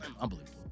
unbelievable